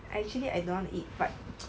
actually I don't want to eat but